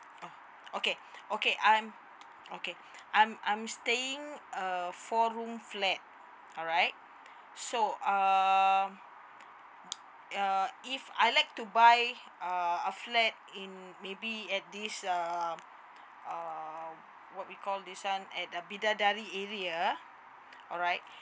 uh okay okay I'm okay I'm I'm staying a four room flat alright so um err if I like to buy err a flat in maybe at this um err what we call this one at the bidadari area alright